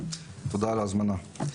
תודה על ההזמנה.